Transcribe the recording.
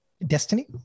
destiny